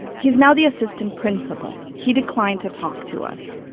he's now the assistant principal. he declined to talk to us.